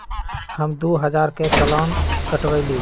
हम दु हजार के चालान कटवयली